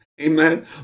amen